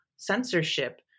censorship